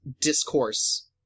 discourse